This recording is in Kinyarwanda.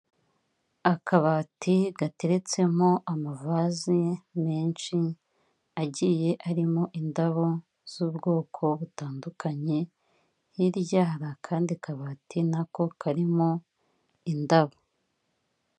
Akabati gateretsemo amavazi menshi agiye arimo indabo z'ubwoko butandukanye, hirya hari akandi kabati, na ko karimo indabo.